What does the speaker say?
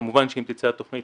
כמובן שאם תצא התכנית